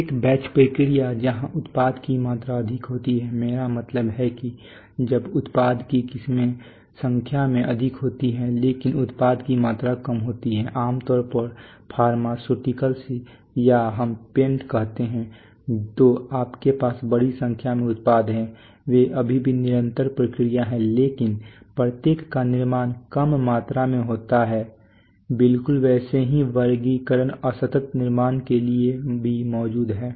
एक बैच प्रक्रिया जहां उत्पाद की मात्रा अधिक होती है मेरा मतलब है कि जब उत्पाद की किस्में संख्या में अधिक होती हैं लेकिन उत्पाद की मात्रा कम होती है आमतौर पर फार्मास्यूटिकल्स या हम पेंट कहते हैं तो आपके पास बड़ी संख्या में उत्पाद हैं वे अभी भी निरंतर प्रक्रिया हैं लेकिन प्रत्येक का निर्माण कम मात्रा में होता है बिल्कुल वैसा ही वर्गीकरण असतत निर्माण के लिए मौजूद है